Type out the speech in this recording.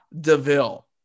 Deville